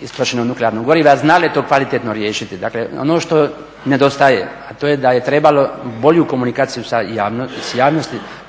istrošenog nuklearnog goriva znale to kvalitetno riješiti. Dakle, ono što nedostaje, a to je da je trebalo bolju komunikaciju s javnosti,